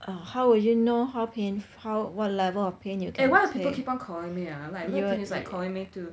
ugh how will you know how pain~ how what level of pain you can take you will be